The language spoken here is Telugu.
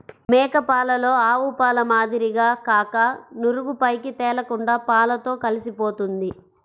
మేక పాలలో ఆవుపాల మాదిరిగా కాక నురుగు పైకి తేలకుండా పాలతో కలిసిపోతుంది